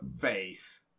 face